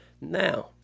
Now